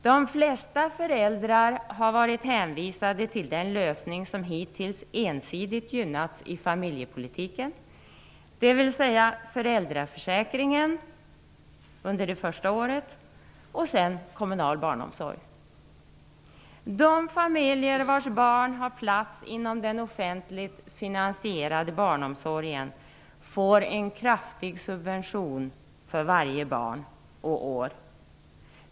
De flesta föräldrar har varit hänvisade till den lösning som hittills ensidigt gynnats i familjepolitiken, dvs. föräldraförsäkringen under det första året och sedan kommunal barnomsorg. De familjer vilkas barn har plats inom den offentligt finansierade barnomsorgen får en kraftig subvention för varje barn och år.